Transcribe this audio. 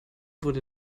wurde